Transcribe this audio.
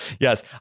Yes